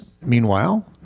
meanwhile